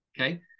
okay